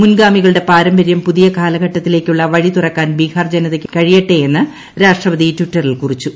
മുൻഗാമികളുടെ പാരമ്പര്യം പുതിയ കാലഘട്ടത്തിലേക്കുളള വഴി തുറക്കാൻ ബീഹാർ ജനതയ്ക്കു കഴിയട്ടെ എന്ന് രാഷ്ട്രപതി ട്വിറ്ററിൽ കുറിച്ചു